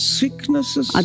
sicknesses